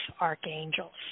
archangels